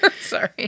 Sorry